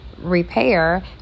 repair